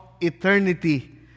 eternity